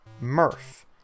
Murph